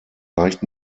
leicht